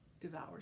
devours